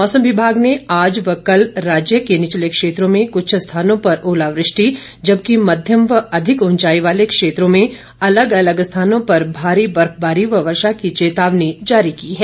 मौसम विभाग ने आज व कल राज्य के निचले क्षेत्रों में कुछ स्थानों पर ओलावृष्टि जबकि मध्यम व अधिक उंचाई वाले क्षेत्रों में अलग अलग स्थानों पर भारी बर्फबारी व वर्षा की चेतावनी जारी की है